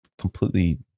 completely